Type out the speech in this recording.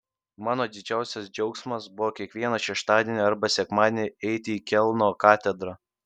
mano didžiausias džiaugsmas buvo kiekvieną šeštadienį arba sekmadienį eiti į kelno katedrą